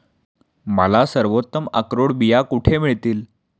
मला सर्वोत्तम अक्रोड बिया कुठे मिळतील